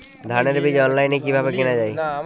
ধানের বীজ অনলাইনে কিভাবে কেনা যায়?